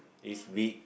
is big